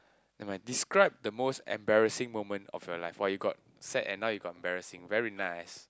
never mind describe the most embarrassing moment of your life ah you got sad and now you got embarrassing very nice